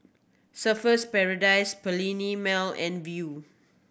Surfer's Paradise Perllini Mel and Viu